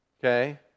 okay